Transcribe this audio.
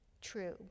true